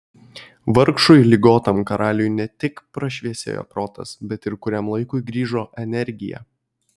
vargšui ligotam karaliui ne tik prašviesėjo protas bet ir kuriam laikui grįžo energija